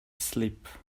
sleep